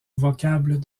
vocable